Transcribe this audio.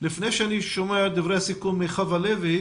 לפני שאני שומע את דברי הסיכום מחוה לוי,